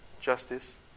Justice